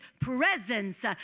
presence